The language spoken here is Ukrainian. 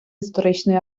історичної